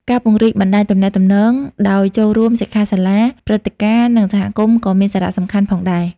ការ ពង្រីកបណ្តាញទំនាក់ទំនង ដោយចូលរួមសិក្ខាសាលា ព្រឹត្តិការណ៍ និងសហគមន៍ក៏មានសារៈសំខាន់ផងដែរ។